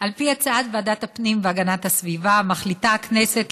על פי הצעת ועדת הפנים והגנת הסביבה מחליטה הכנסת,